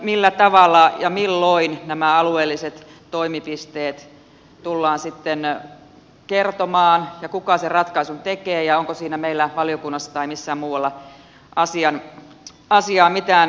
millä tavalla ja milloin nämä alueelliset toimipisteet tullaan sitten kertomaan kuka sen ratkaisun tekee ja onko siinä meillä valiokunnassa tai missään muualla asiaan mitään sanomista